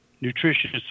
nutritious